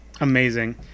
amazing